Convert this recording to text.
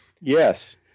Yes